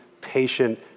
patient